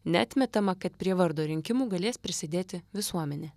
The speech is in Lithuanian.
neatmetama kad prie vardo rinkimų galės prisidėti visuomenė